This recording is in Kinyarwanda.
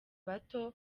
bato